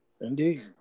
Indeed